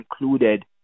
included